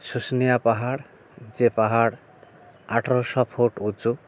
শুশুনিয়া পাহাড় যে পাহাড় আঠেরোশো ফুট উঁচু